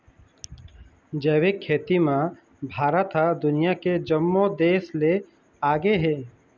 जैविक खेती म भारत ह दुनिया के जम्मो देस ले आगे हे